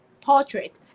portrait